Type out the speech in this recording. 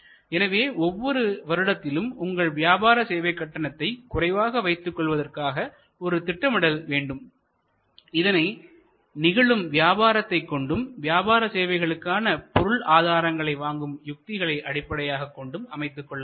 எனவே ஒவ்வொரு வருடத்திலும் உங்கள் வியாபார சேவை கட்டணத்தை குறைவாக வைத்துக் கொள்வதற்கான ஒரு திட்டமிடல் வேண்டும் இதனை நிகழும் வியாபாரத்தை கொண்டும் வியாபார சேவைகளுக்கான பொருள் ஆதாரங்களை வாங்கும் யுத்திகளை அடிப்படையாகக் கொண்டும் அமைத்துக்கொள்ளலாம்